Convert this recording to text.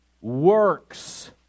works